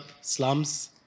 slums